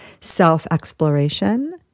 Self-exploration